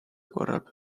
korral